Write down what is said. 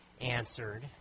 answered